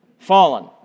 fallen